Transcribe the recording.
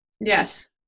Yes